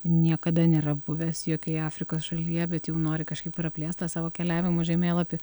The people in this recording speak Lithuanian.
niekada nėra buvęs jokioje afrikos šalyje bet jau nori kažkaip praplėst tą savo keliavimo žemėlapį